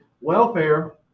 Welfare